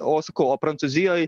o sakau o prancūzijoj